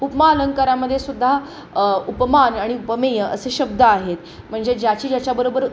उपमा अलंकारामध्ये सुद्धा उपमान आणि उपमेय असे शब्द आहेत म्हणजे ज्याची ज्याच्याबरोबर